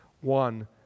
One